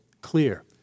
clear